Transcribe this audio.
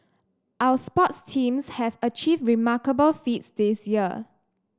our sports teams have achieved remarkable feats this year